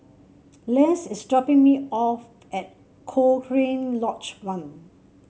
Les is dropping me off at Cochrane Lodge One